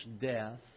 death